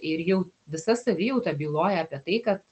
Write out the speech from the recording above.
ir jau visa savijauta byloja apie tai kad